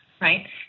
right